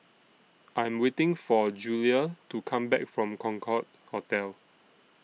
I Am waiting For Julia to Come Back from Concorde Hotel